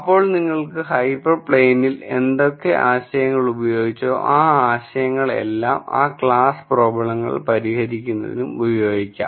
അപ്പോൾ നിങ്ങള്ക്ക് ഹൈപ്പർ പ്ലെയിനിൽ എന്തൊക്കെ ആശയങ്ങൾ ഉപയോഗിച്ചോ ആ ആശയങ്ങൾ എല്ലാം ആ ക്ലാസ് പ്രോബ്ലങ്ങൾ പരിഹരിക്കുന്നതിനും ഉപയോഗിക്കാം